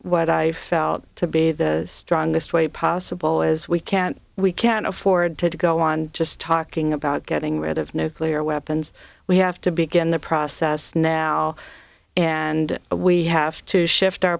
what i felt to be the strongest way possible as we can't we can't afford to go on just talking about getting rid of nuclear weapons we have to begin the process now and we have to shift our